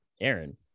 Aaron